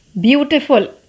beautiful